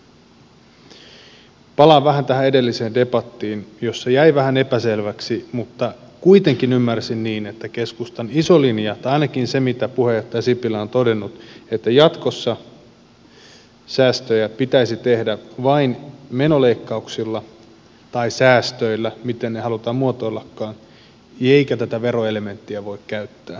palaan vähän edelliseen debattiin jossa asia jäi vähän epäselväksi mutta kuitenkin ymmärsin niin että keskustan iso linja tai ainakin se mitä puheenjohtaja sipilä on todennut on se että jatkossa säästöjä pitäisi tehdä vain menoleikkauksilla tai säästöillä miten ne halutaan muotoillakaan eikä tätä veroelementtiä voi käyttää